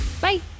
Bye